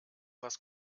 was